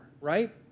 right